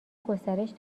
گسترش